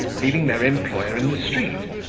leaving their employer in the street,